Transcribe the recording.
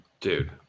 Dude